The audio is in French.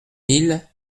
mille